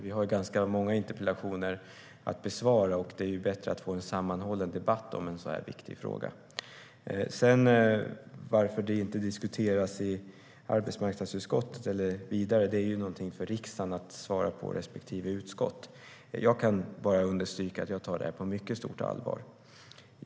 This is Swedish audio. Vi har ganska många interpellationer att besvara, och det är bättre att få en sammanhållen debatt om en så här viktig fråga. Varför det inte diskuteras i arbetsmarknadsutskottet är något för riksdagen och respektive utskott att svara på. Jag kan bara understryka att jag tar detta på mycket stort allvar.